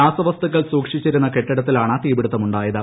രാസവസ്തുക്കൾ സൂക്ഷിച്ചിരുന്ന കെട്ടിടത്തിലാണ് തീ പിടുത്തമുണ്ടായത്